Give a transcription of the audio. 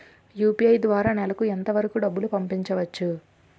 UPI ద్వారా నెలకు ఎంత వరకూ డబ్బులు పంపించవచ్చు?